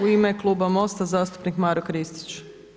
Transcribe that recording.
U ime kluba MOST-a zastupnik Maro Kristić.